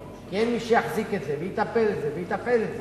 כי אין מי שיחזיק את זה ויטפל בזה ויתפעל את זה,